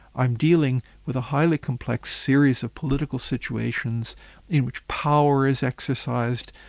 i'm dealing with a highly complex series of political situations in which power is exercised,